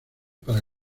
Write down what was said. para